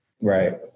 Right